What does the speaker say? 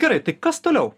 gerai tik kas toliau